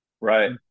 right